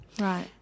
Right